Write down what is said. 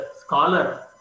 scholar